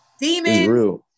Demon